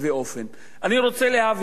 אני רוצה להבהיר את עמדתנו.